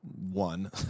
one